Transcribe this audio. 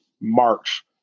march